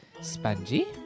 spongy